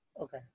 Okay